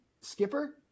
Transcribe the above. skipper